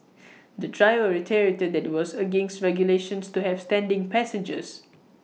the driver reiterated that IT was against regulations to have standing passengers